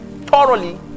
thoroughly